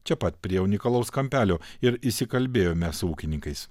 čia pat prie unikalaus kampelio ir įsikalbėjome su ūkininkais